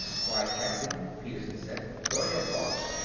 quiet, captain, petersen said. go ahead, boggs.